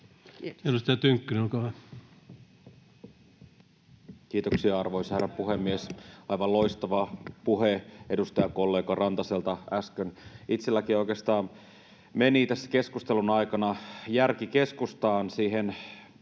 16:48 Content: Kiitoksia, arvoisa herra puhemies! Aivan loistava puhe edustajakollega Rantaselta äsken. Itsellänikin oikeastaan meni tässä keskustelun aikana järki keskustaan, siihen